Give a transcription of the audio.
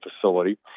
facility